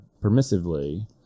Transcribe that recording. permissively